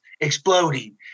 exploding